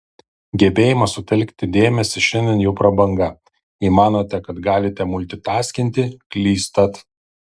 gebėjimas sutelkti dėmesį šiandien jau prabanga jei manote kad galite multitaskinti klystat